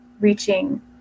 reaching